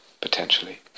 potentially